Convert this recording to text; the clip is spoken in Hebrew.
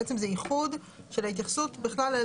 זה בעצם ייחוד של ההתייחסות בכלל.